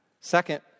Second